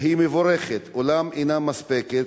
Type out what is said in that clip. מבורכת, אולם אינה מספקת.